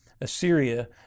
Assyria